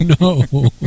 no